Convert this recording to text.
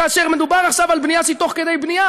כאשר מדובר עכשיו על עבירה שהיא תוך כדי בנייה